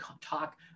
talk